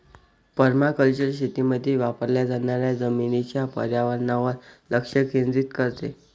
permaculture शेतीमध्ये वापरल्या जाणाऱ्या जमिनीच्या पर्यावरणावर लक्ष केंद्रित करते